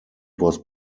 was